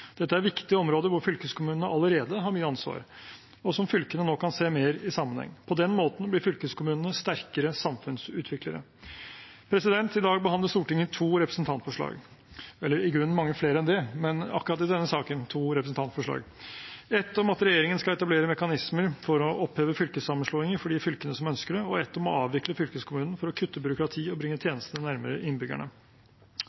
Dette er viktige områder hvor fylkeskommunene allerede har mye ansvar, og som fylkene nå kan se mer i sammenheng. På den måten blir fylkeskommunene sterkere samfunnsutviklere. I dag behandler Stortinget to representantforslag – eller i grunnen mange flere enn det, men akkurat i denne saken to representantforslag: ett om at regjeringen skal etablere mekanismer for å oppheve fylkessammenslåinger for de fylkene som ønsker det, og ett om å avvikle fylkeskommunen for å kutte byråkrati og bringe